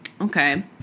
Okay